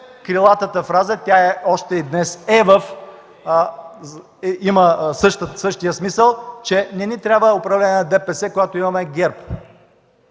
крилатата фраза – тя още и днес има същия смисъл – че не ни трябва управление на ДПС, когато имаме ГЕРБ.